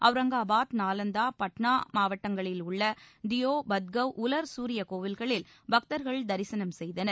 அவுரங்காபாத் நாலந்தா பட்னா மாவட்டங்களில் உள்ள டியோ பட்கவ் உலர் சூரிய கோயில்களில் பக்தர்கள் தரிசனம் செய்தனர்